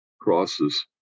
crosses